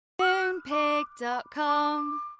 Moonpig.com